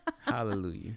Hallelujah